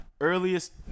earliest